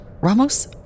Ramos